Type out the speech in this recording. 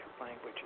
language